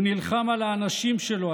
הוא נלחם על האנשים שלו,